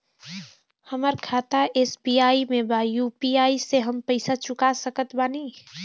हमारा खाता एस.बी.आई में बा यू.पी.आई से हम पैसा चुका सकत बानी?